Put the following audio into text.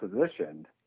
positioned